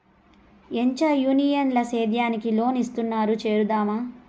ఏంచా యూనియన్ ల సేద్యానికి లోన్ ఇస్తున్నారు చేరుదామా